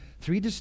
Three